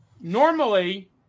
normally